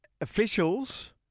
officials